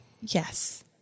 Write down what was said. Yes